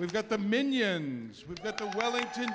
we've got the minions with the wellington